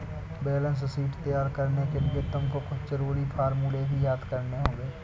balance sheet तैयार करने के लिए तुमको कुछ जरूरी फॉर्मूले भी याद करने होंगे